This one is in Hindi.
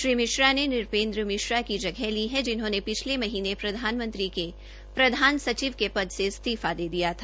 श्री मिश्रा ने नृपेंद्र मिश्रा की जगह ली है जिनहोंने पिछले महीने के प्रधान सचिव के पद से इस्तीफा दे दिया था